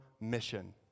mission